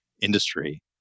industry